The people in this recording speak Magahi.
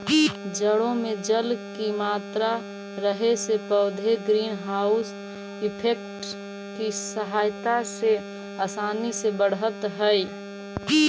जड़ों में जल की मात्रा रहे से पौधे ग्रीन हाउस इफेक्ट की सहायता से आसानी से बढ़त हइ